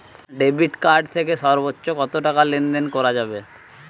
Debit card থেকে সর্বোচ্চ কত টাকা লেনদেন করা যাবে?